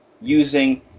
using